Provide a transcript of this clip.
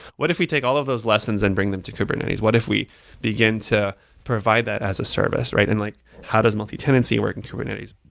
what if we take all of those lessons and bring them to kubernetes? what if we begin to provide that as a service and like how does multi-tenancy work in kubernetes?